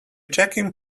checking